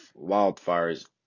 wildfires